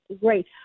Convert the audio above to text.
great